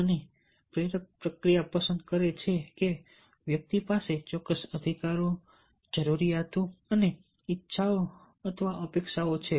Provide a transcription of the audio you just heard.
અને પ્રેરક પ્રક્રિયા પસંદ કરે છે કે વ્યક્તિ પાસે ચોક્કસ અધિકારો જરૂરિયાતો અને ઇચ્છાઓ અથવા અપેક્ષાઓ છે